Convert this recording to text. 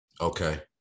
Okay